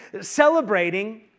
celebrating